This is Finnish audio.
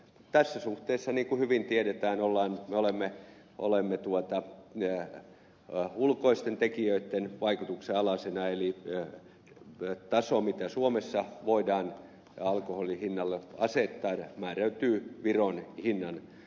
tässä suhteessa niin kuin hyvin tiedetään me olemme ulkoisten tekijöitten vaikutuksen alaisina eli taso mikä suomessa voidaan alkoholin hinnalle asettaa määräytyy viron hinnan perusteella